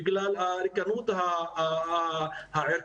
בגלל הריקנות הערכית,